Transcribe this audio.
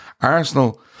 Arsenal